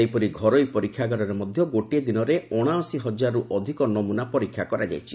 ସେହିପରି ଘରୋଇ ପରୀକ୍ଷାଗାରରେ ମଧ୍ୟ ଗୋଟିଏ ଦିନରେ ଅଣାଅଶୀ ହଜାରରୁ ଅଧିକ ନମୁନା ପରୀକ୍ଷା କରାଯାଇଛି